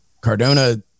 Cardona